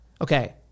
Okay